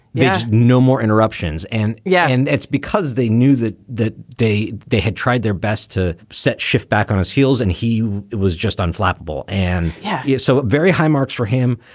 yeah no more interruptions. and yeah, and it's because they knew that that day they had tried their best to set shift back on his heels and he was just unflappable. and yeah yet so very high marks for him.